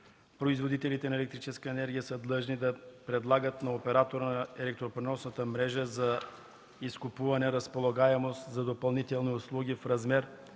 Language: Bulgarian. Производителите на електрическа енергия са длъжни да предлагат на оператора на електропреносната мрежа за изкупуване разполагаемост за допълнителни услуги в размер